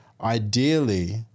ideally –